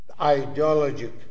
ideologic